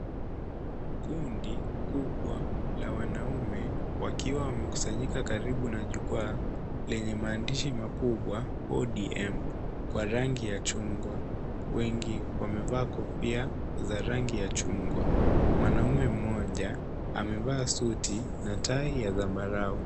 Kundi kubwa la wanaume wakiwa wamekusanyika karibu na jukwaa, lenye maandishi makubwa, ODM, kwa rangi ya chungwa. Wengi wamevaa kofia za rangi ya chungwa. Mwanamme mmoja amevaa suti na tai ya zambarau.